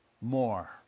more